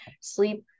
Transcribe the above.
sleep